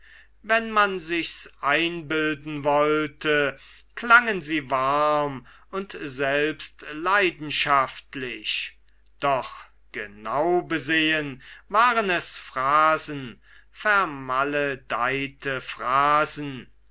wenn man sich's einbilden wollte klangen sie warm und selbst leidenschaftlich doch genau besehen waren es phrasen vermaledeite phrasen